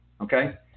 okay